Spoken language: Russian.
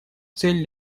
цель